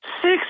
Six